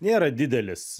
nėra didelis